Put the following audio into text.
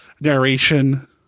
narration